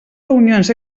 reunions